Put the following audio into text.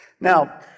Now